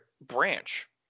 branch